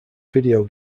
video